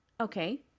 Okay